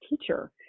teacher